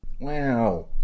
Wow